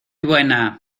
buena